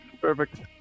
Perfect